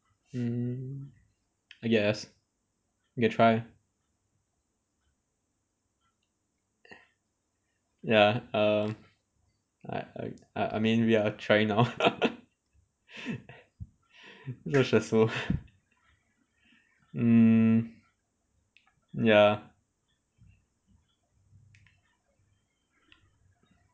mm I guess I can try ya err like I uh I mean we are trying now just also mm ya